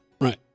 Right